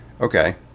okay